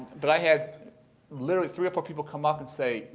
but i had literally three or four people come up and say,